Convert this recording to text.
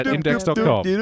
index.com